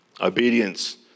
Obedience